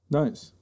nice